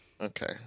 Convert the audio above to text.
Okay